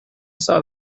saw